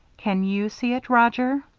can you see it, roger?